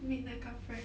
meet 那个 friend